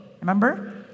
Remember